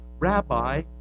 Rabbi